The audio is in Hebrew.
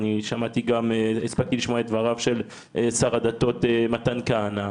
ואני הספקתי לשמוע את דבריו של שר הדתות מתן כהנא.